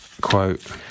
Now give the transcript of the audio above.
Quote